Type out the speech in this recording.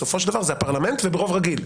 בסופו של דבר זה הפרלמנט וברוב רגיל.